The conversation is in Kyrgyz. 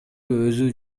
өзү